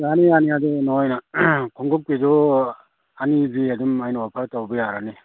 ꯌꯥꯅꯤ ꯌꯥꯅꯤ ꯑꯗꯨ ꯅꯣꯏꯅ ꯈꯣꯡꯎꯞꯀꯤꯗꯨ ꯑꯅꯤꯗꯤ ꯑꯗꯨꯝ ꯑꯩꯅ ꯑꯣꯐꯔ ꯇꯧꯕ ꯌꯥꯔꯅꯤ